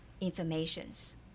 informations